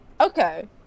Okay